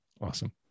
awesome